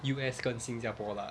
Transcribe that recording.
U_S 跟新加坡 lah